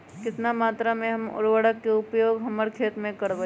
कितना मात्रा में हम उर्वरक के उपयोग हमर खेत में करबई?